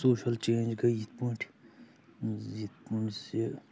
social change گٔیے یِتھ پٲٹھۍ زِ کُنۍ سہِ